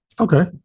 Okay